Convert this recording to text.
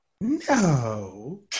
No